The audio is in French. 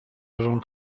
avant